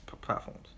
platforms